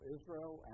Israel